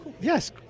Yes